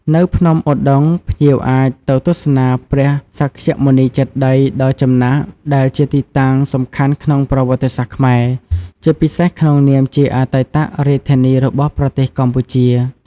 នៅភ្នំឧដុង្គ ភ្ញៀវអាចទៅទស្សនាព្រះសក្យមុនីចេតិយដ៏ចំណាស់ដែលជាទីតាំងសំខាន់ក្នុងប្រវត្តិសាស្ត្រខ្មែរ ជាពិសេសក្នុងនាមជាអតីតរាជធានីរបស់ប្រទេសកម្ពុជា។